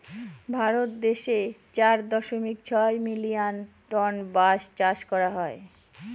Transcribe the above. ভারত দেশে চার দশমিক ছয় মিলিয়ন টন বাঁশ চাষ করা হয়